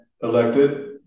elected